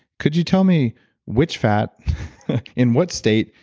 could you tell me which fat in what state,